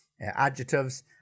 adjectives